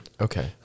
Okay